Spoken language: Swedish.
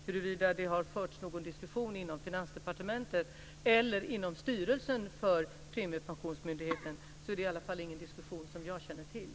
Huruvida det har förts någon diskussion inom Finansdepartementet eller inom styrelsen för premiepensionsmyndigheten känner jag inte till.